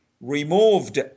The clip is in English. removed